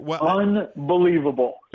Unbelievable